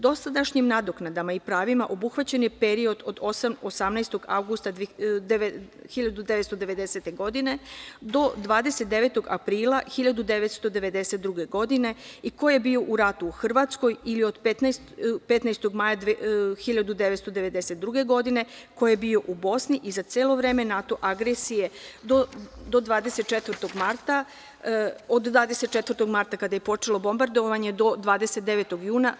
Dosadašnjim nadoknadama i pravima, obuhvaćen je period od 18. avgusta 1990. do 29. aprila 1992. godine, i koje bio u ratu u Hrvatskoj ili od 15. maja 1992. godine, ko je bio u Bosni i za celo vreme NATO agresija i od 24. marta kada je počelo bombardovanje, do 29. juna.